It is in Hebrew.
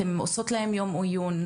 אתן עושות להם יום עיון,